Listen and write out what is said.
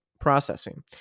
processing